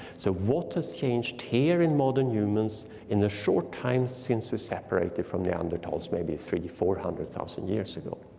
so what has changed here in modern humans in the short time since we separated from neanderthals maybe three to four hundred thousand years ago?